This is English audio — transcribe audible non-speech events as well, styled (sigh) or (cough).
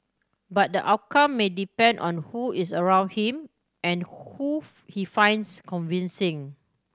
but the outcome may depend on who is around him and who (unintelligible) he finds convincing